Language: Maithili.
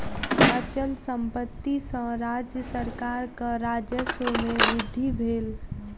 अचल संपत्ति सॅ राज्य सरकारक राजस्व में वृद्धि भेल